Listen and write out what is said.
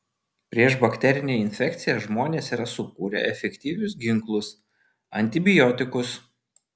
prieš bakterinę infekciją žmonės yra sukūrę efektyvius ginklus antibiotikus